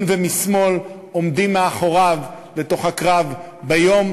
ומשמאל עומדים מאחוריו בתוך הקרב ביום,